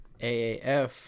AAF